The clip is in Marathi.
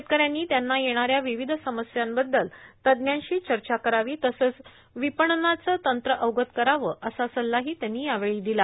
शेतकऱ्यांनी त्यांना येणाऱ्या विविध समस्यांबद्दल तज्ञांशी चर्चा करावी तसंच विपणनाचं तंत्र अवगत करावं असा सल्लाही त्यांनी यावेळी दिला